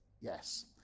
Yes